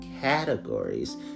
categories